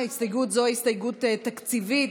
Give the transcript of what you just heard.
כסיף, היבה יזבק, אוסאמה סעדי, יוסף ג'בארין,